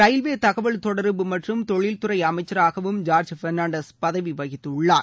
railway தகவல் தொடர்பு மற்றும் தொழில்துறை அமைச்சராகவும் ஜார்ஜ் பொணான்டஸ் பதவி வகித்துள்ளார்